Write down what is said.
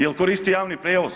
Jel' koristi javni prijevoz?